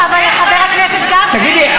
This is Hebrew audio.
תגידי,